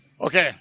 Okay